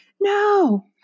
no